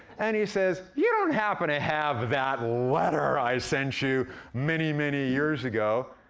and he says, you don't happen to have that letter i sent you many, many years ago?